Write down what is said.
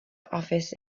office